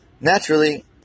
naturally